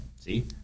see